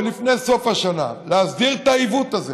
ולפני סוף השנה להסדיר את העיוות הזה,